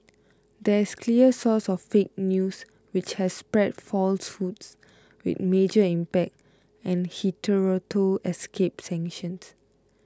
there is clear source of 'fake news' which has spread falsehoods with major impact and hitherto escaped sanctions